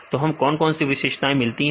तो हमें कौन कौन सी विशेषताएं मिलती है